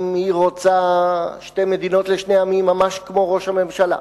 היא רוצה שתי מדינות לשני עמים ממש כמו ראש הממשלה,